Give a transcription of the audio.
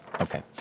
okay